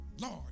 Lord